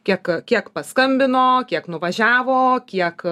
kiek kiek paskambino kiek nuvažiavo kiek